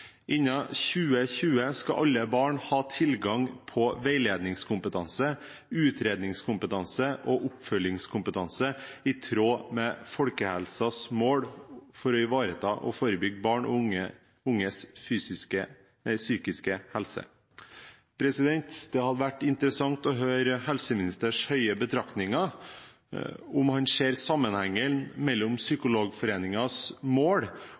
2020 skal alle barnehager ha tilgang på veiledningskompetanse, utredningskompetanse og oppfølgingskompetanse i tråd med folkehelsas mål for å ivareta og forebygge barn og unges psykiske helse.» Det hadde vært interessant å høre helseminister Høies betraktninger, om han ser sammenhengen mellom Psykologforeningens mål